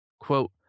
Quote